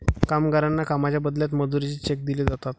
कामगारांना कामाच्या बदल्यात मजुरीचे चेक दिले जातात